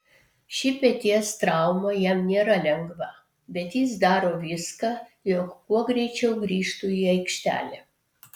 ši peties trauma jam nėra lengva bet jis daro viską jog kuo greičiau grįžtų į aikštelę